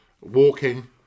Walking